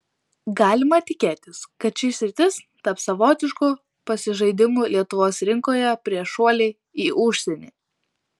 galima tikėtis kad ši sritis taps savotišku pasižaidimu lietuvos rinkoje prieš šuolį į užsienį